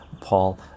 Paul